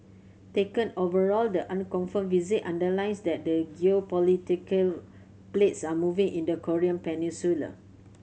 taken overall the unconfirmed visit underlines that the geopolitical plates are moving in the Korean Peninsula